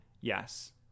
yes